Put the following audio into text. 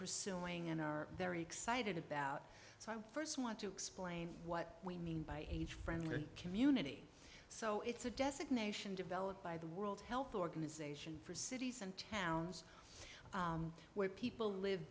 pursuing and are very excited about it so i first want to explain what we mean by age friendly community so it's a designation developed by the world health organization for cities and towns where people live